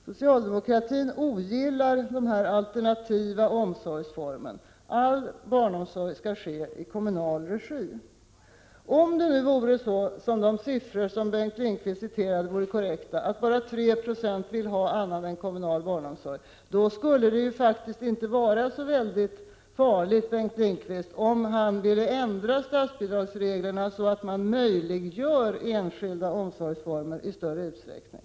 Socialdemokratin ogillar den alternativa omsorgsformen — all barnomsorg skall ske i kommunal regi. Om det nu vore så att de siffror Bengt Lindqvist återgav skulle vara korrekta, och bara 3 26 av föräldrarna vill ha annat än kommunal barnomsorg, skulle det ju inte vara så väldigt farligt om man ändrade statsbidragsreglerna så att enskilda omsorgsformer möjliggörs i större utsträckning.